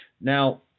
Now